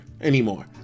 anymore